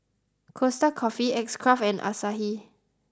Costa Coffee X Craft and Asahi